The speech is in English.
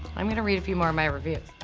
i'm gonna read a few more of my reviews.